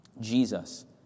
Jesus